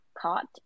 caught